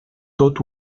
tot